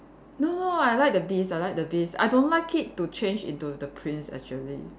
no lah I like the beast I like the beast I don't like it to change into the prince actually